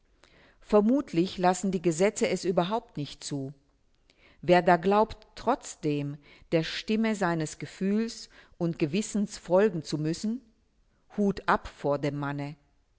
vermutlich lassen die gesetze es überhaupt nicht zu wer da glaubt trotzalledem der stimme seines gefühls und gewissens folgen zu müssen hut ab vor dem manne